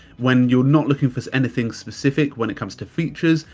when you're not looking for anything specific, when it comes to features,